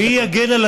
כי מי יגן?